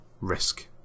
risk